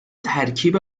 ترکیب